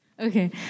Okay